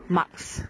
marks